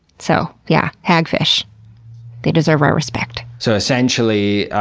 so yeah, hagfish they deserve our respect. so essentially,